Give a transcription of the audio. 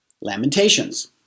Lamentations